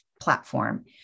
platform